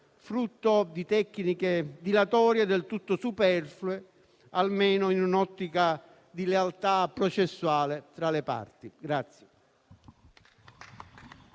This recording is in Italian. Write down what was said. frutto di tecniche dilatorie del tutto superflue, almeno in un'ottica di lealtà processuale tra le parti.